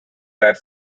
that